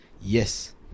yes